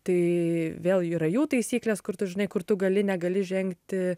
tai vėl yra jų taisyklės kur tu žinai kur tu gali negali žengti